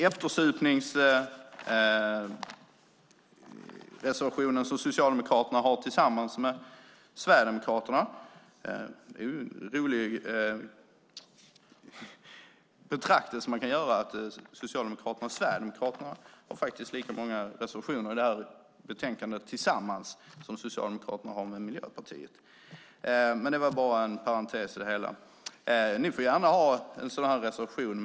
Eftersupningsreservationen har Socialdemokraterna tillsammans med Sverigedemokraterna - det är en rolig betraktelse man kan göra att Socialdemokraterna har lika många reservationer tillsammans med Sverigedemokraterna i det här betänkandet som Socialdemokraterna har tillsammans med Miljöpartiet, men det var bara en parentes i det hela. Ni får gärna ha en sådan här reservation.